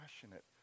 passionate